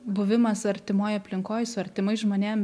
buvimas artimoj aplinkoj su artimais žmonėm